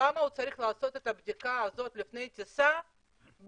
למה הוא צריך לעשות את הבדיקה הזאת לפני הטיסה בנתב"ג?